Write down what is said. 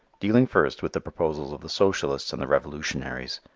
dealing first with the proposals of the socialists and the revolutionaries,